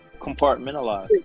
Compartmentalize